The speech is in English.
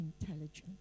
intelligent